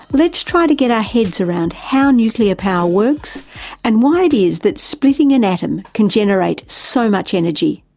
let's try to get our heads around how nuclear power works and why it is that splitting an atom can generate so much energy.